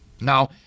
Now